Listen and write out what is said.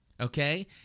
Okay